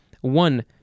One